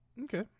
okay